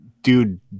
Dude